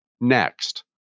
Next